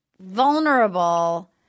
vulnerable